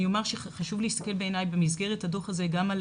אני אומר שבעיני חשוב להסתכל במסגרת הדוח הזה גם על